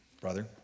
Brother